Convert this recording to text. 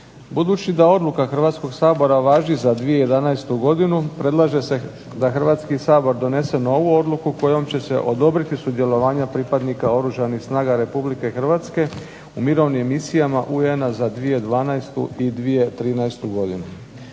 Budući da odluka Hrvatskog sabora važi za 2011. godinu predlaže se da Hrvatski sabor donese novu odluku kojom će se odobriti sudjelovanje pripadnika Oružanih snaga RH u mirovnim misijama UN-a za 2012. i 2013. godinu.